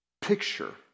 picture